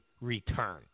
return